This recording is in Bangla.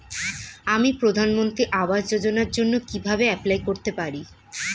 আমি প্রধানমন্ত্রী আবাস যোজনার জন্য কিভাবে এপ্লাই করতে পারি?